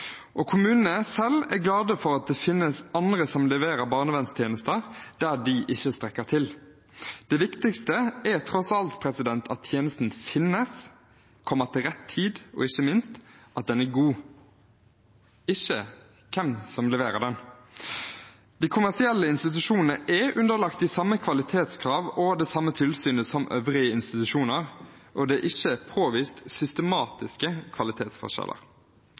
private. Kommunene selv er glad for at det finnes andre som leverer barnevernstjenester der de ikke strekker til. Det viktigste er tross alt at tjenesten finnes, kommer til rett tid, og ikke minst at den er god – ikke hvem som leverer den. De kommersielle institusjonene er underlagt de samme kvalitetskrav og det samme tilsynet som øvrige institusjoner, og det er ikke påvist systematiske kvalitetsforskjeller.